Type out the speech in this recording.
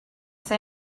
say